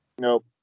Nope